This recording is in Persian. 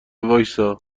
وایستا